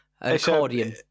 Accordion